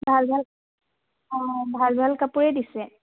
ভাল ভাল অঁ ভাল ভাল কাপোৰেই দিছে